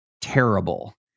terrible